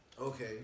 Okay